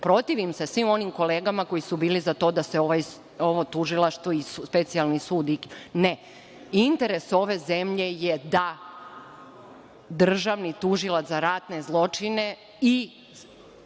protivim se svim onim kolegama koji su bili za to da se ovo Tužilaštvo i specijalni sud, ne. Interes ove zemlje je da državni tužilac za ratne zločine i